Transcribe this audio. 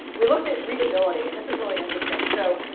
we looked at readability. and this is really interesting. so